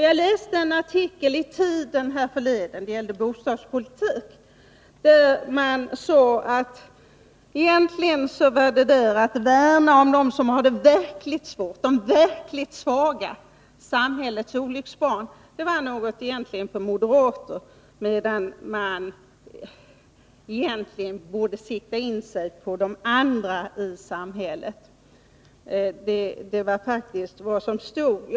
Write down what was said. Jag läste härförleden en artikel om bostadspolitik i Tiden, där det sades att värnandet om dem som har det verkligt svårt, de verkligt svaga — samhällets olycksbarn — egentligen var någonting för moderater, medan man borde sikta in sig på de andra i samhället. Det var faktiskt vad som stod i denna artikel.